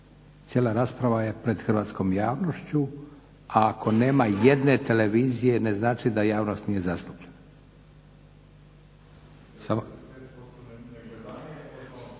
Cijela rasprava je pred hrvatskom javnošću, a ako nema jedne televizije ne znači da javnost nije zastupljena.